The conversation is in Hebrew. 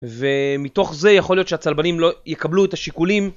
ומתוך זה יכול להיות שהצלבנים לא יקבלו את השיקולים.